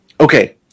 Okay